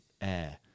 air